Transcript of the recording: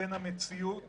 לבין המציאות